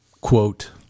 quote